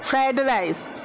fried rice